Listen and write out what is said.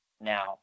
now